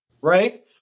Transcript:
right